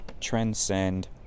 Transcend